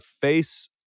face